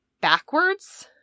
backwards